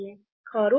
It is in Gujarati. ખરું